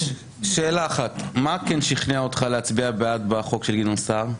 שאלה אחת מה כן שכנע אותך להצביע בעד בחוק של גדעון סער?